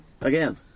again